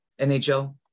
NHL